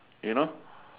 you know